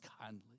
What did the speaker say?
kindly